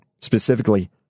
specifically